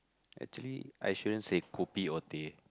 actually I shouldn't say kopi or teh